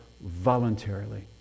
voluntarily